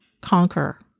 conquer